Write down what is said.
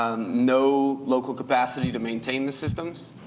um no local capacity to maintain the systems.